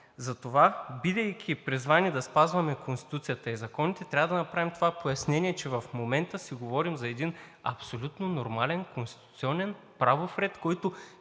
Затова, бидейки призвани да спазваме Конституцията и законите, трябва да направим това пояснение, че в момента си говорим за един абсолютно нормален конституционен правов ред,